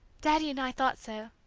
daddy and i thought so,